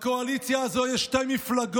בקואליציה הזו יש שתי מפלגות